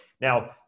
Now